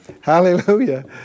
Hallelujah